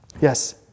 Yes